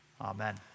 Amen